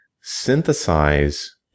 synthesize